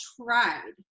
tried